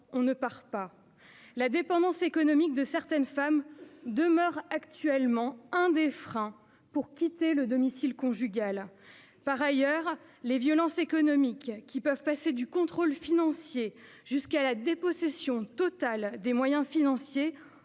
on ne part pas !». La dépendance économique de certaines femmes demeure actuellement l'un des freins pour quitter le domicile conjugal. Par ailleurs, les violences économiques, qui vont du contrôle financier jusqu'à la dépossession totale de moyens financiers,